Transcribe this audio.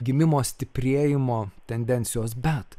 gimimo stiprėjimo tendencijos bet